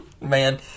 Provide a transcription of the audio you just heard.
Man